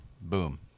Boom